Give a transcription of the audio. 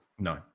No